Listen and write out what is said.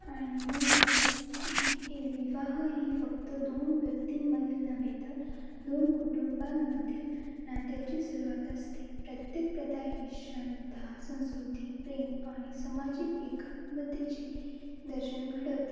आणि नंतर हे विवाह ही फक्त दोन व्यक्तींमधील नव्हे तर दोन कुटुंबांमधील नात्याची सुरुवात असते प्रत्येक प्रथा ही श्रद्धा संस्कृती प्रेम आणि समाजिक एकात्मतेचे दर्शन घडवते